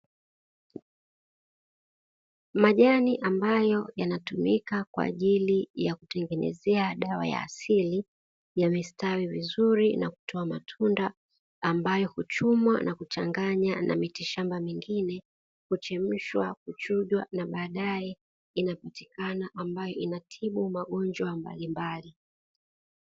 Majani ambayo yanatumika kwa ajili ya kutengeneza dawa ya asili, yamestawi vizuri na kutoa matunda ambayo huchumwa na kuchanganywa na miti shamba mingine. Huchemshwa kuchujwa na baadae hupata dawa inayotibu magonjwa mbalimbali.